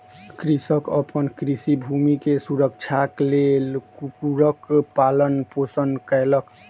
कृषक अपन कृषि भूमि के सुरक्षाक लेल कुक्कुरक पालन पोषण कयलक